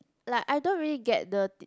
like I don't really get the